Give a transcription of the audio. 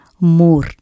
more